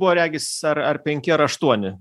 buvo regis ar ar penki ar aštuoni